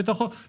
בוקר טוב לכולם.